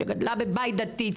שגדלה בבית דתי,